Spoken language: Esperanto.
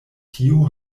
tio